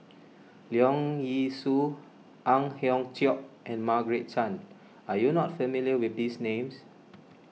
Leong Yee Soo Ang Hiong Chiok and Margaret Chan are you not familiar with these names